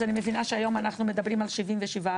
אז אני מבינה שהיום אנחנו מדברים על 77%,